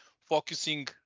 focusing